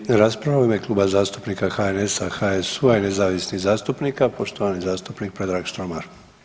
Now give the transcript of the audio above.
Slijedi rasprava u ime Kluba zastupnika HNS-a, HSU-a i nezavisnih zastupnika, poštovani zastupnik Predrag Štromar.